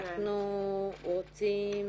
אנחנו רוצים